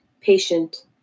patient